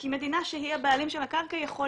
כי מדינה שהיא הבעלים של הקרקע יכולה